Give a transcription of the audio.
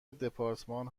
دپارتمان